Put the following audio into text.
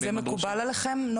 המשטרה, נוהל כזה מקובל עליכם?